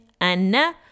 Anna